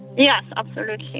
yeah absolutely,